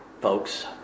folks